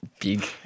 big